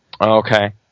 Okay